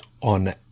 on